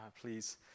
Please